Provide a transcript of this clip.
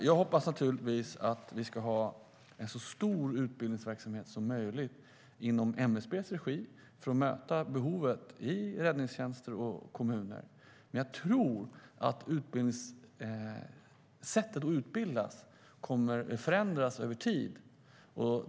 Jag hoppas naturligtvis att vi ska ha en så omfattande utbildningsverksamhet som möjligt i MSB:s regi för att möta behovet inom räddningstjänster och i kommuner. Men jag tror att sättet att utbilda kommer att förändras över tid.